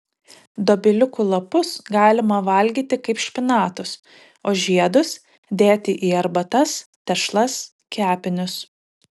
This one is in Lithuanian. dobiliukų lapus galima valgyti kaip špinatus o žiedus dėti į arbatas tešlas kepinius